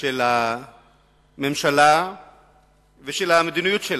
של הממשלה ושל המדיניות שלה,